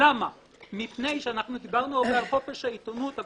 כי דיברנו הרבה על חופש העיתונות,